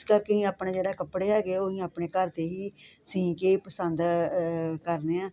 ਇਸ ਕਰਕੇ ਅਸੀਂ ਆਪਣੇ ਜਿਹੜੇ ਕੱਪੜੇ ਹੈਗੇ ਉਹ ਅਹੀਂ ਆਪਣੇ ਘਰ ਦੇ ਹੀ ਸੀਂ ਕੇ ਪਸੰਦ ਕਰਨੇ ਆਂ